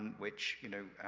which you know,